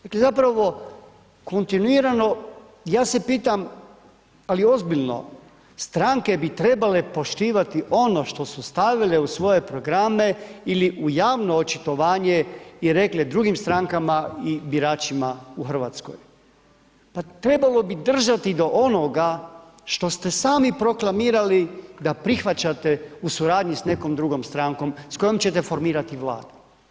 Dakle, zapravo kontinuirano ja se pitam, ali ozbiljno, stranke bi trebale poštivati ono što su stavile u svoje programe ili u javno očitovanje i rekle drugim strankama i biračima u RH, pa trebalo bi držati do onoga što ste sami proklamirali da prihvaćate u suradnji sa nekom drugom strankom s kojom ćete formirati Vladu.